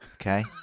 okay